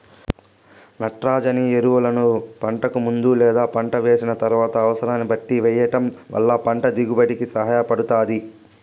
నత్రజని ఎరువులను పంటకు ముందు లేదా పంట వేసిన తరువాత అనసరాన్ని బట్టి వెయ్యటం వల్ల పంట దిగుబడి కి సహాయపడుతాది